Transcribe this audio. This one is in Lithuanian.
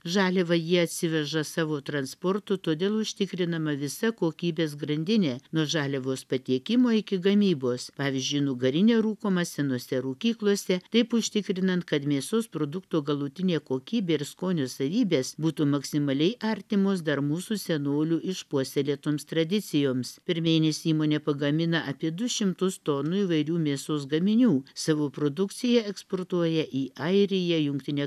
žaliavą jie atsiveža savo transportu todėl užtikrinama visa kokybės grandinė nuo žaliavos patiekimo iki gamybos pavyzdžiui nugarinė rūkoma senose rūkyklose taip užtikrinant kad mėsos produktų galutinė kokybė ir skonio savybės būtų maksimaliai artimos dar mūsų senolių išpuoselėtoms tradicijoms per mėnesį įmonė pagamina apie du šimtus tonų įvairių mėsos gaminių savo produkciją eksportuoja į airiją jungtinę